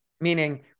meaning